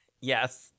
Yes